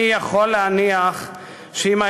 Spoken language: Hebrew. אני יכול להניח שלו